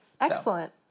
excellent